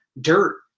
dirt